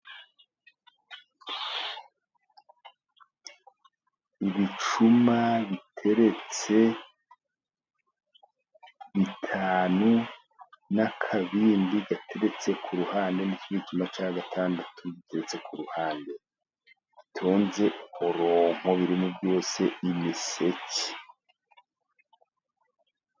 Ibicuma biteretse bitanu, n'akabindi gateretse ku ruhande, n'ikindi gicuma cya gatandatu giteretse ku ruhande, bitonze umurongoo byose birimo imiseke.